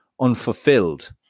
unfulfilled